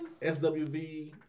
SWV